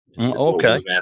Okay